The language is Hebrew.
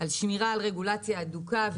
על רגולציה הדוקה,